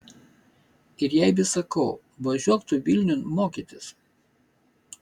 ir jai vis sakau važiuok tu vilniun mokytis